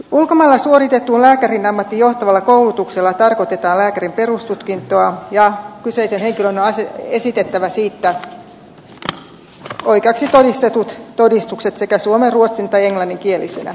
ulkomailla suoritetulla lääkärin ammattiin johtavalla koulutuksella tarkoitetaan lääkärin perustutkintoa ja kyseisen henkilön on esitettävä siitä oikeaksi todistetut todistukset suomen ruotsin tai englanninkielisinä